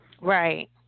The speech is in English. Right